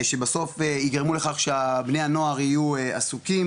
שבסוף יגרמו לכך שבני הנוער יהיו עסוקים